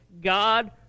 God